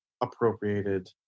appropriated